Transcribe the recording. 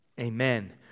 Amen